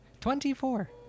Twenty-four